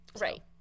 right